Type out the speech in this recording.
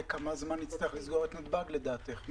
לכמה זמן נצטרך לסגור את נתב"ג לדעתך?